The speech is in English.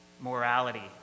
morality